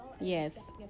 Yes